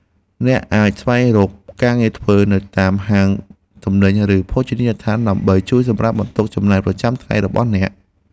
អ្នកអាចស្វែងរកការងារធ្វើនៅតាមហាងទំនិញឬភោជនីយដ្ឋានដើម្បីជួយសម្រាលបន្ទុកចំណាយប្រចាំថ្ងៃរបស់អ្នក។